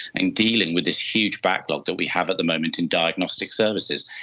and dealing with this huge backlog that we have at the moment in diagnostic services.